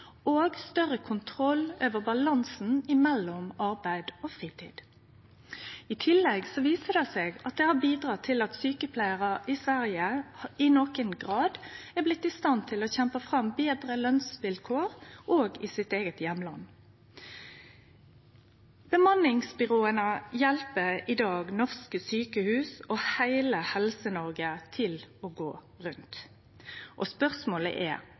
og større kontroll over balansen mellom arbeid og fritid. I tillegg viser det seg at det har bidrege til at sjukepleiarar i Sverige i nokon grad er blitt i stand til å kjempe fram betre lønsvilkår òg i sitt eige heimland. Bemanningsbyråa hjelper i dag norske sjukehus og heile Helse-Noreg til å gå rundt. Spørsmålet er: